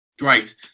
great